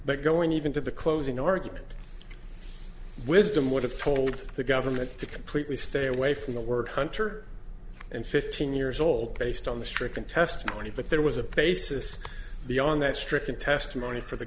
but going even to the closing argument wisdom would have told the government to completely stay away from the word hunter and fifteen years old based on the stricken testimony but there was a basis beyond that stricken testimony for the